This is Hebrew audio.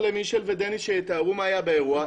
למישל ודניס שיתארו מה היה באירוע,